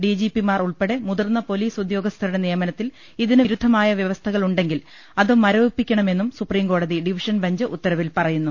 D ജി പിമാർ ഉൾപ്പെടെ മുതിർന്ന പൊലീസ് ഉദ്യോഗസ്ഥരുടെ നിയമനത്തിൽ ഇതിന് വിരു ദ്ധമായ വൃവസ്ഥകളുണ്ടെങ്കിൽ അത് മരവിപ്പിക്കണമെന്നും സുപ്രീംകോടതി ഡിവിഷൻ ബെഞ്ച് ഉത്തരവിൽ പറയുന്നു